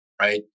right